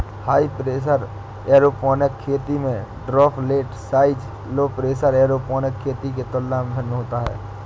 high pressure aeroponic खेती में droplet size low pressure aeroponic खेती के तुलना में भिन्न होता है